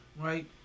right